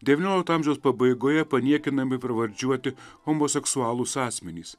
devyniolikto amžiaus pabaigoje paniekinamai pravardžiuoti homoseksualūs asmenys